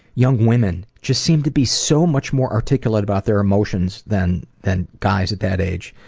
young women, just seem to be so much more articulate about their emotions than than guys at that age.